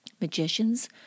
Magicians